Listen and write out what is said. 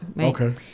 Okay